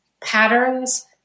patterns